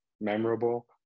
memorable